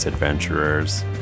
Adventurers